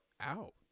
out